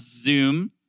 Zoom